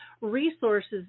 resources